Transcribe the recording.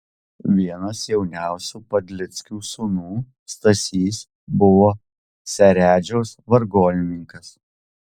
vienas jauniausių padleckių sūnų stasys buvo seredžiaus vargonininkas